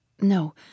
No